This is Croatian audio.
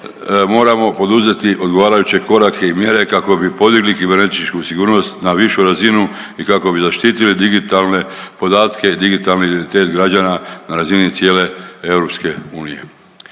moramo poduzeti odgovarajuće korake i mjere kako bi podigli kibernetičku sigurnost na višu razinu i kako bi zaštitili digitalne podatke i digitalni identitet građana na razini cijele EU.